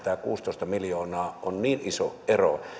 tämä kuusitoista miljoonaa on niin iso ero